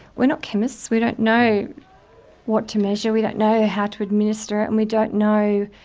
we're not chemists, we don't know what to measure, we don't know how to administer it, and we don't know